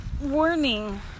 warning